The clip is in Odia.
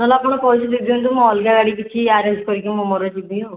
ନହେଲେ ଆପଣ କହିଦିଅନ୍ତୁ ମୁଁ ଅଲଗା ଗାଡ଼ି ଦେଖିକି ଆରେଞ୍ଜ କରିକି ମୁଁ ମୋର ଯିବି ଆଉ